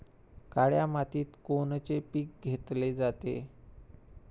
काळ्या मातीत कोनचे पिकं घेतले जाते?